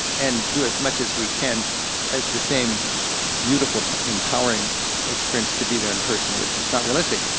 and do as much as we can as the same beautiful, empowering experience to be there in person, which is not realistic.